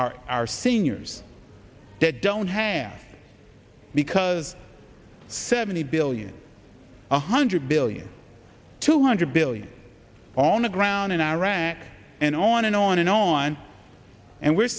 are our seniors that don't have because seventy billion one hundred billion two hundred billion on a ground in iraq and on and on and on and we're